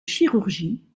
chirurgie